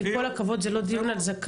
עם כל הכבוד זה לא דיון על זקן.